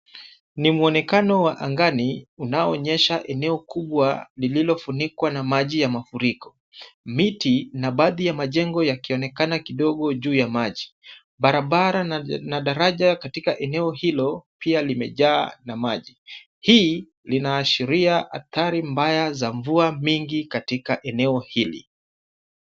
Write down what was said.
Ni mwonekano wa angani unaoonyesha eneo kubwa lililofunikwa na maji ya mafuriko. Miti na baadhi ya majengo yakionekana kidogo juu ya maji. Barabara na daraja katika eneo hilo, pia limejaa na maji. Hii linaashiria athari mbaya za mvua mingi katika eneo hili.